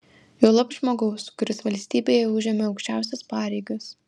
juolab žmogaus kuris valstybėje užėmė aukščiausias pareigas